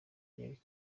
yari